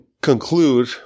conclude